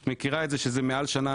את מכירה את זה שאנשים מחכים מעל שנה.